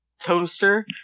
toaster